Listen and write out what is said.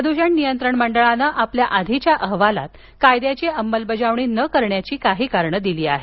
प्रदूषण नियंत्रण मंडळानं आपल्या आधीच्या अहवालात कायद्याची अमलबजावणी न करण्याची काही कारणं दिली आहेत